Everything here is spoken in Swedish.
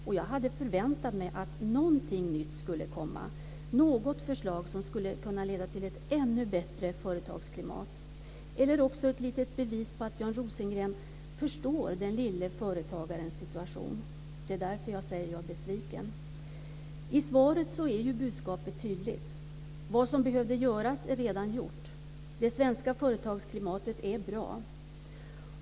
Och jag hade förväntat mig att någonting nytt skulle komma, något förslag som skulle kunna leda till ett ännu bättre företagsklimat, eller också ett litet bevis på att Björn Rosengren förstår den lille företagarens situation. Det är därför som jag säger att jag är besviken. I svaret är ju budskapet tydligt - vad som behöver göras är redan gjort. Det svenska företagsklimatet är bra.